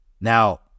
Now